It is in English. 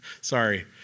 sorry